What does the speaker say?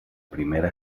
primera